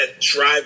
drive